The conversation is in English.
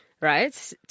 Right